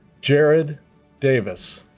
jared davis